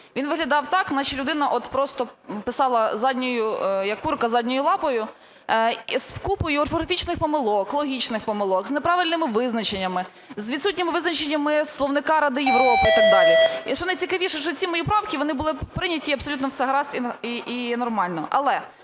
він виглядав так, наче людина от просто писала, як курка задньою лапою: з купою орфографічних помилок, логічних помилок, з неправильними визначеннями, з відсутніми визначеннями словника Ради Європи і так далі. І щонайцікавіше, що ці мої правки, вони були прийняті, абсолютно все гаразд і нормально. Але